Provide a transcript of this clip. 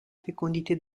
fécondité